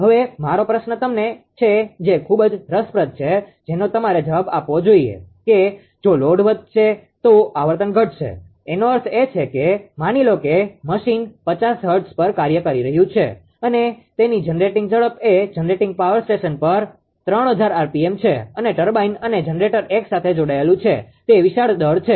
હવે મારો પ્રશ્ન તમને છે જે ખુબ જ રસપ્રદ પ્રશ્ન છે જેનો તમારે જવાબ આપવો જોઈએ કે જો લોડ વધે તો આવર્તન ઘટશે એનો અર્થ એ છે કે માની લો કે મશીન 50 હર્ટ્ઝ પર કાર્ય કરી રહ્યું છે અને તેની જનરેટિંગ ઝડપ એ જનરેટિંગ પાવર સ્ટેશન પર ૩૦૦૦rpm છે અને ટર્બાઇન અને જનરેટર એકસાથે જોડાયેલું છે તે વિશાળ દળ છે